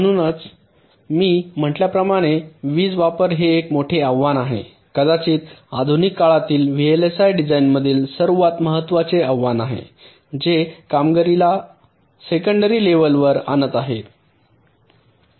म्हणूनच मी म्हटल्याप्रमाणे वीज वापर हे एक मोठे आव्हान आहे कदाचित आधुनिक काळातील व्हीएलएसआय डिझाइनमधील सर्वात महत्वाचे आव्हान आहे जे कामगिरीला सेकंडरी लेवलवर आणत आहे